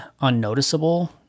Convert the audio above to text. unnoticeable